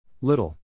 Little